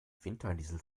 winterdiesel